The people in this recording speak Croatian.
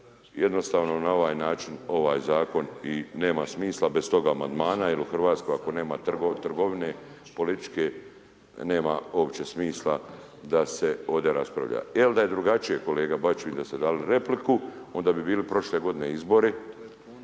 jednostavno na ovaj način ovaj zakon i nema smisla bez tog amandmana, jer u Hrvatskoj ako nema trgovine političke nema uopće smisla da se ovde raspravlja. El da je drugačije kolega Bačić, vidim da ste dali repliku, onda bi bili prošle godine izbori,